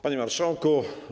Panie Marszałku!